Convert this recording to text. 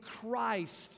Christ